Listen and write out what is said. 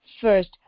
first